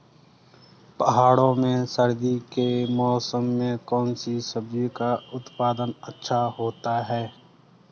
पहाड़ों में सर्दी के मौसम में कौन सी सब्जी का उत्पादन अच्छा होता है?